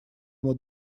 ему